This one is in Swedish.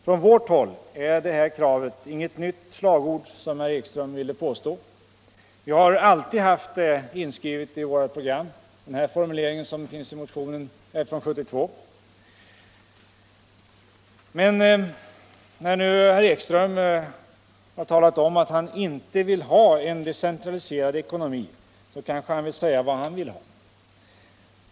Från vårt håll är detta krav inget nytt slagord, som herr Ekström påstod. Den formuleringen, som finns i motionen, har vi haft inskriven i vårt program sedan 1972. När herr Ekström nu talar om att han inte vill ha en decentraliserad ekonomi, så kanske han vill säga vad han vill ha.